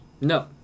No